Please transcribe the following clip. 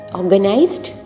organized